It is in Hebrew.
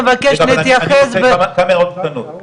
(3)הכנסות שיתקבלו מהקצאת מקרקעי ישראל